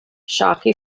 sharkey